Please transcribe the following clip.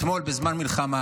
אתמול בזמן מלחמה,